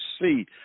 see